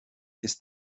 ist